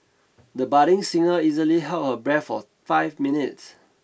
the budding singer easily held her breath for five minutes